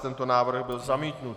Tento návrh byl zamítnut.